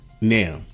Now